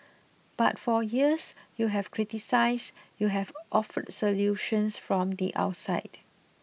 but for years you have criticised you have offered solutions from the outside